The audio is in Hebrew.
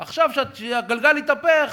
עכשיו, כשהגלגל יתהפך,